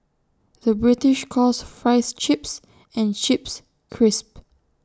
the British calls Fries Chips and Chips Crisps